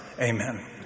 amen